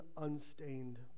unstained